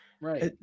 Right